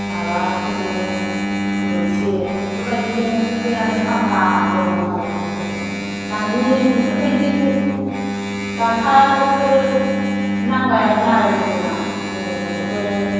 माबाफोरजोंनो थुलुंसि बेफोरबायदिजोंनो थुखैनानै साफा दोनोमोन आरो गथ'फोरखौ दानि बेफोरबायदि डक्ट'रफोर नांलायामोन आरो गोदोना जोंनि गथ'फोरा